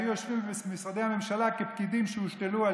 היו יושבים במשרדי הממשלה כפקידים שהושתלו על